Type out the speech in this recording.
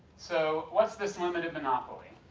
so, what's this limited monopoly?